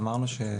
אמרנו,